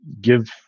give